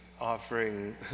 offering